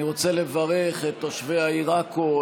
אני רוצה לברך את תושבי העיר עכו,